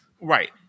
right